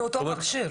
זה אותו מכשיר.